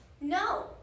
No